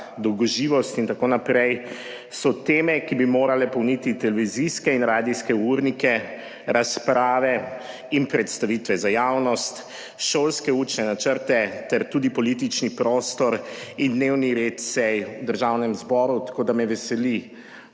dolgoživost in tako naprej so teme, ki bi morale polniti televizijske in radijske urnike, razprave in predstavitve za javnost, šolske učne načrte ter tudi politični prostor in dnevni red sej v Državnem zboru. Tako da me veseli,